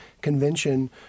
convention